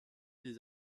des